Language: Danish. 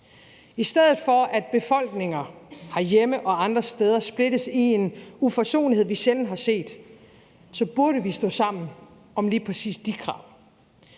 I stedet for at befolkninger herhjemme og andre steder splittes i en uforsonlighed, vi sjældent har set, burde vi stå sammen om lige præcis de krav.